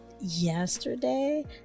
Yesterday